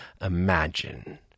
imagine